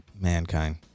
mankind